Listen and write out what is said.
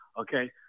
Okay